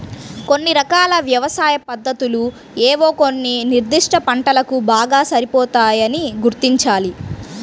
కొన్ని రకాల వ్యవసాయ పద్ధతులు ఏవో కొన్ని నిర్దిష్ట పంటలకు బాగా సరిపోతాయని గుర్తించాలి